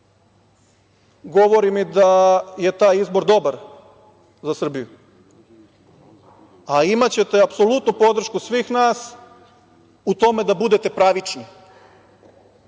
govorimo mi da je taj izbor dobar za Srbiju. Imaćete apsolutnu podršku svih nas u tome da bude pravični,